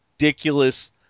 Ridiculous